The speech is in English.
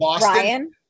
Ryan